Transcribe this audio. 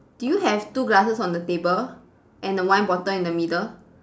do you have two glasses on the table and a wine bottle in the middle